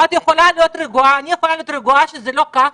אני יכולה להיות רגועה שזה לא כך?